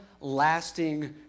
lasting